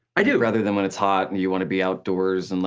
i do. rather than when it's hot and you wanna be outdoors and